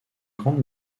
grande